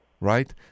Right